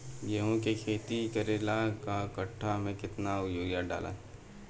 गेहूं के खेती करे ला एक काठा में केतना युरीयाँ डाली?